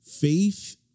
faith